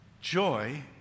Joy